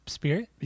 spirit